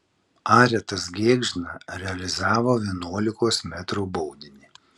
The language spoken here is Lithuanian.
aretas gėgžna realizavo vienuolikos metrų baudinį